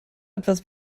etwas